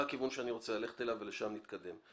הכיוון שאני רוצה ללכת אליו ולשם נתקדם.